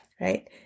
right